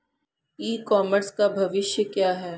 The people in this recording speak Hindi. ई कॉमर्स का भविष्य क्या है?